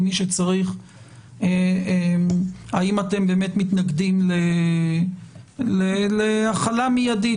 עם מי שצריך האם אתם באמת מתנגדים להחלה מיידית